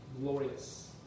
glorious